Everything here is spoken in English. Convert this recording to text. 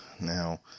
Now